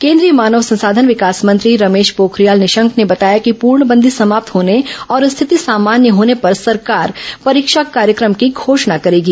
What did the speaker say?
केन्द्रीय मानव संसाधन विकास मंत्री रमेश पोखरियाल निशंक ने बताया कि पूर्णबंदी समाप्त होने और स्थिति सामान्य होने पर सरकार परीक्षा कार्यक्रम की घोषणा करेगी